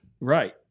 Right